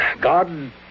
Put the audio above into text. God